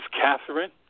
Catherine